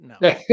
no